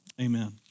Amen